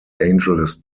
angeles